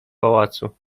pałacu